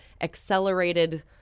accelerated